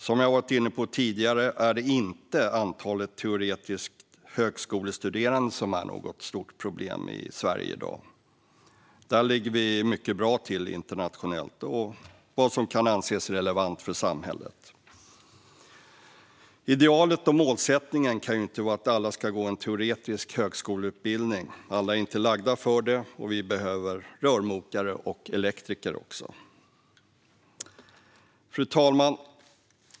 Som jag har varit inne på tidigare är inte antalet teoretiskt högskolestuderande något stort problem i Sverige i dag. Här ligger vi mycket bra till internationellt och i linje med vad som kan anses relevant för samhället. Idealet och målsättningen kan inte vara att alla ska gå en teoretisk högskoleutbildning. Alla är inte lagda för det, och vi behöver rörmokare och elektriker också. Fru talman!